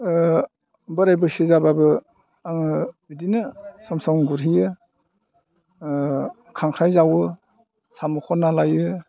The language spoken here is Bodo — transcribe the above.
बोराइ बैसो जाबाबो आङो बिदिनो सम सम गुरहैयो खांख्राइ जावो साम' खनना लायो